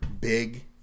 big